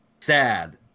sad